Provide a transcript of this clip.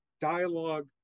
dialogue